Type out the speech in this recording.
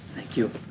thank you.